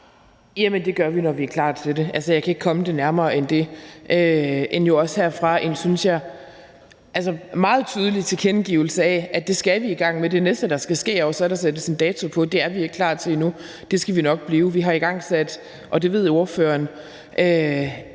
gør vi, når vi er klar til det. Altså, jeg kan ikke komme det nærmere end det. Herfra synes jeg at der kommer en meget tydelig tilkendegivelse af, at det skal vi i gang med. Det næste, der skal ske, er jo så, at der sættes en dato på det. Det er vi ikke klar til endnu, men det skal vi nok blive. Vi har igangsat – og det ved ordføreren